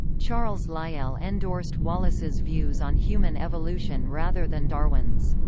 charles lyell endorsed wallace's views on human evolution rather than darwin's.